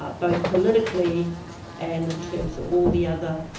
ah both politically and in terms of all the other